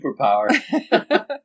superpower